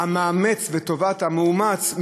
המאמץ וטובת המאומץ,